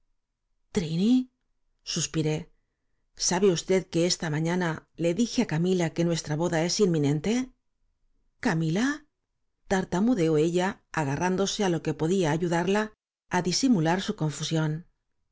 suspiré sabe usted que esta mañana le dije á camila que nuestra boda es inminente camila tartamudeó ella agarrándose á lo que podía ayudarla á disimular su